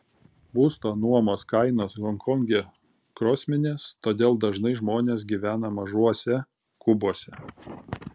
būsto nuomos kainos honkonge kosminės todėl dažnai žmonės gyvena mažuose kubuose